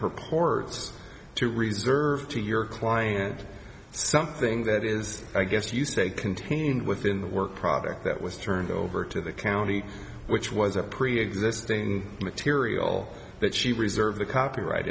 purports to reserve to your client something that is a guess to use that contained within the work product that was turned over to the county which was a preexisting material but she reserve the copyright